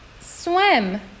swim